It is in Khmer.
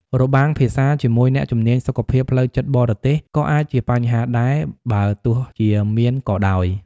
របាំងភាសាជាមួយអ្នកជំនាញសុខភាពផ្លូវចិត្តបរទេសក៏អាចជាបញ្ហាដែរ បើទោះជាមានក៏ដោយ។